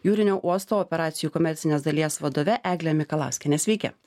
jūrinio uosto operacijų komercinės dalies vadove egle mikalauskiene sveiki